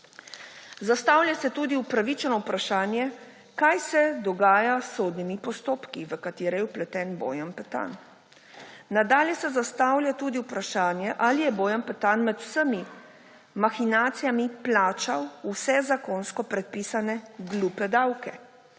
Zastavlja se tudi upravičeno vprašanje, kaj se dogaja s sodnimi postopki, v katere je vpleten Bojan Petan. Nadalje se zastavlja tudi vprašanje, ali je Bojan Petan med vsemi mahinacijami plačal vse zakonsko predpisane glupe davke